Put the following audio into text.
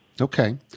Okay